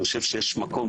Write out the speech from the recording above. אני חושב שיש מקום,